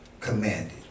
commanded